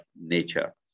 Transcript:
nature